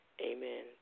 amen